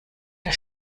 der